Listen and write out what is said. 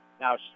now